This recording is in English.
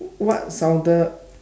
what sounded